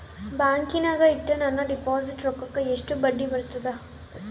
ಬ್ಯಾಂಕಿನಾಗ ಇಟ್ಟ ನನ್ನ ಡಿಪಾಸಿಟ್ ರೊಕ್ಕಕ್ಕ ಎಷ್ಟು ಬಡ್ಡಿ ಬರ್ತದ?